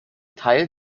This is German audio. teil